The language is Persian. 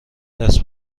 دست